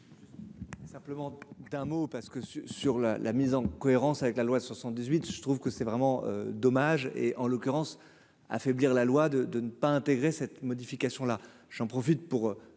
Simplement d'un mot parce que sur la la mise en cohérence avec la loi 78 je trouve que c'est vraiment dommage, et en l'occurrence, affaiblir la loi de de ne pas intégrer cette modification là j'en profite pour